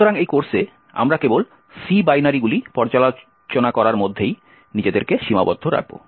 সুতরাং এই কোর্সে আমরা কেবল C বাইনারিগুলি পর্যালোচনা করার মধ্যেই নিজেদেরকে সীমাবদ্ধ রাখবো